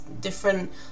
different